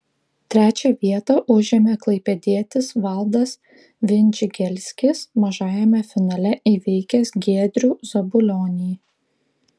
trečią vietą užėmė klaipėdietis valdas vindžigelskis mažajame finale įveikęs giedrių zabulionį